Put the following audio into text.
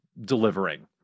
delivering